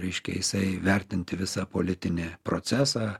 reiškia jisai vertinti visą politinį procesą